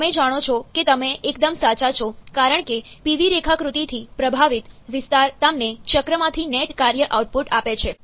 તમે જાણો છો કે તમે એકદમ સાચા છો કારણ કે Pv રેખાકૃતિથી પ્રભાવિત વિસ્તાર તમને ચક્રમાંથી નેટ કાર્ય આઉટપુટ આપે છે